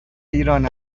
ایران